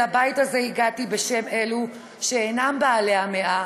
אל הבית הזה הגעתי בשם אלו שאינם בעלי המאה